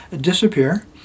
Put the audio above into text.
disappear